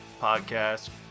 podcast